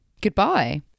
goodbye